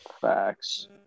Facts